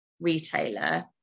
retailer